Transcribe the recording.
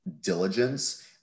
diligence